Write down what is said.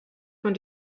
von